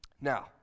Now